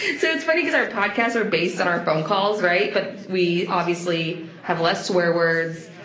so it's funny cause our podcasts are based on our phone calls, right? but we obviously have less swear words,